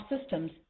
systems